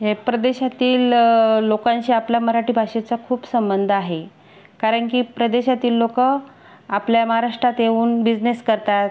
हे प्रदेशातील लोकांशी आपल्या मराठी भाषेचा खूप संबंध आहे कारण की प्रदेशातील लोक आपल्या महाराष्ट्रात येऊन बिजनेस करतात